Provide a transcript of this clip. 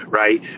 right